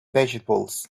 vegetables